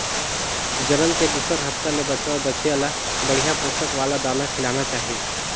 जनम के दूसर हप्ता ले बछवा, बछिया ल बड़िहा पोसक वाला दाना खिलाना चाही